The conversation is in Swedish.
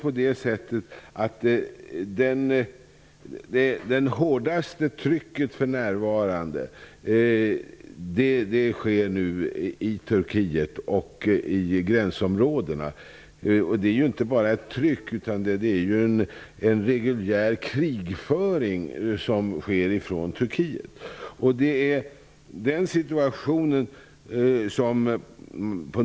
Ändå förekommer det hårdaste trycket för närvarande i Turkiet och i gränsområdena. Det är ju inte bara ett tryck, utan det är ju en reguljär krigföring från Turkiets sida.